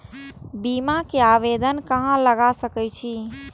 बीमा के आवेदन कहाँ लगा सके छी?